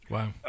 Wow